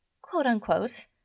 quote-unquote